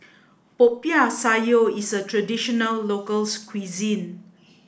popiah sayur is a traditional local cuisine